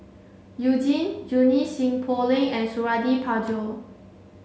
You Jin Junie Sng Poh Leng and Suradi Parjo